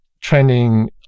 trending